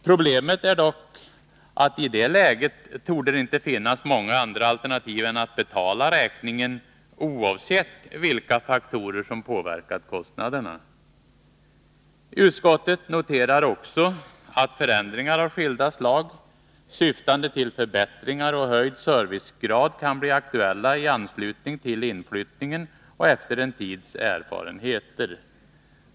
Problemet är dock att i det läget torde det inte finnas många andra alternativ än att betala räkningen, oavsett vilka faktorer som påverkat kostnaderna. Utskottet noterar också att förändringar av skilda slag, syftande till förbättringar och höjd servicegrad, kan bli aktuella i anslutning till inflyttningen och efter en tids erfarenheter.